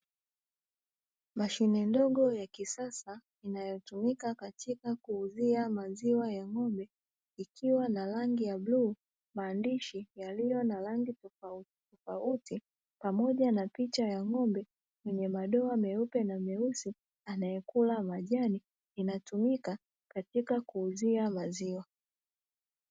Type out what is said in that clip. Mashine ndogo ya kisasa inayotumika katika kuuzia maziwa ya ng'ombe ikiwa na rangi ya bluu, maandishi yaliyo na rangi tofauti pamoja na picha ya ng'ombe mwenye madoa meupe na meusi anayekula majani inatumika katika kuuzia maziwa.